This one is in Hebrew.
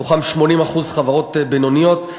מתוכם 80% חברות בינוניות,